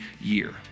year